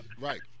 Right